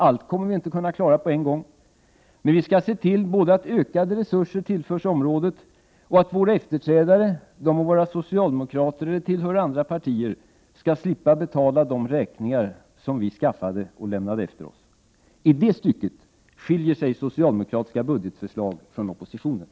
Allt kommer vi inte att kunna klara på en gång, men vi skall se till både att ökade resurser tillförs området och att våra efterträdare, de må vara socialdemokrater eller tillhöra andra partier, skall slippa betala de räkningar vi lämnar efter oss. I det stycket skiljer sig socialdemokratiska budgetförslag från oppositionens.